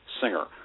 singer